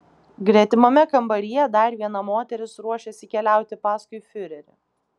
gretimame kambaryje dar viena moteris ruošėsi keliauti paskui fiurerį